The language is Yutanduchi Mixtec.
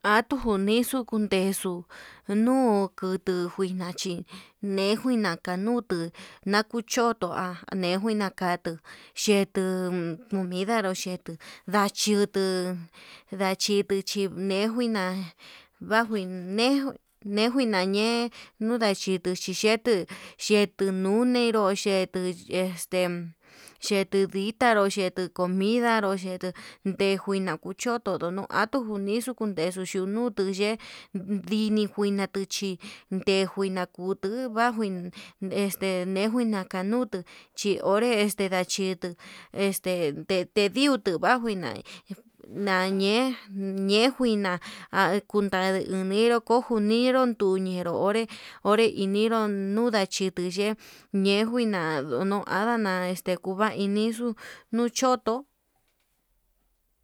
Atuu kunixu kundexu nuu kutu njuina chí nenjuina kanutu, nakuchoto ha nejuina katuu xhetuu comidanrú xhetuu ndachiutu ndachito chinee, njuina bajuu ine'e ño'o ñenjuina ñe'e nunda chutu xhixhetu xhetuu nuneró xhetuu este xhetuu bditaru o xhetuu comida nro, cheku ndenjuina kuchotonró noatuu kunuixu kundexu chutu nutuu ye'e ndini nguina tuchii ndenjuina kutuu vanjuin, este nejuina kanutu chí onre ndete ndachito este detediutu njuajuina nañe'e ñe njuina ha kundadi iñonro kojo uñinru uniru onré, onré inidu nuu ndachutu yee yenjuina ndo'o no andana kuva'a inixuu nuu choto.